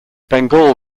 bengal